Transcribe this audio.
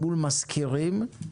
מול משכירים,